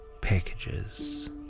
packages